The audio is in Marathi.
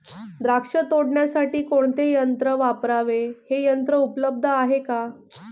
द्राक्ष तोडण्यासाठी कोणते यंत्र वापरावे? हे यंत्र उपलब्ध आहे का?